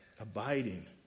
abiding